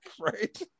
right